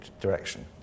direction